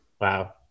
Wow